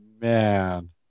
Man